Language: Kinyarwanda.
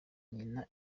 nyina